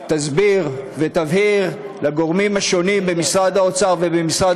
תסביר ותבהיר לגורמים השונים במשרד האוצר ובמשרד